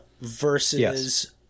versus